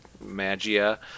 magia